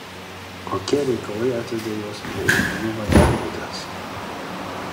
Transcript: kokie reikalai atvedė juos prie eigulių vandenvietės